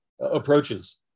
approaches